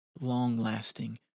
long-lasting